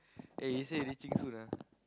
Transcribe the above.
eh he say reaching soon ah